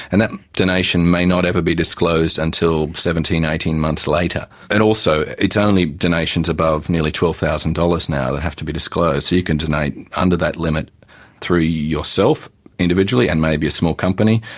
and that donation may not ever be disclosed until seventeen, eighteen months later. and also it's only donations above nearly twelve thousand dollars now that have to be disclosed, so you can donate under that limit through yourself individually and maybe a small company,